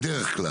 בדרך כלל.